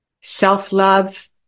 self-love